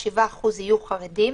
7% יהיו חרדים.